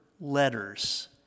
letters